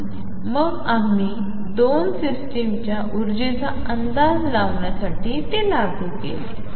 आणि मग आम्ही दोन सिस्टम्सच्या ऊर्जेचा अंदाज लावण्यासाठी ते लागू केले